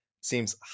Seems